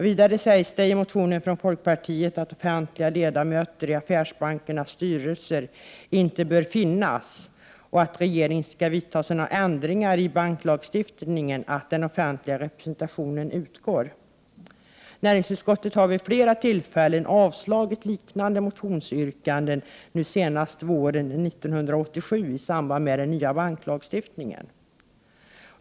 Vidare sägs det i motionen från folkpartiet att det inte bör finnas offentliga ledamöter i affärsbankernas styrelser och att regeringen skall vidta sådana ändringar i banklagstiftningen att den offentliga representationen utgår. Näringsutskottet har vid flera tillfällen avstyrkt liknande motionsyrkanden, senast våren 1987 i samband med den nya banklagstiftningen.